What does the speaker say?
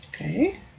Okay